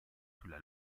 sulla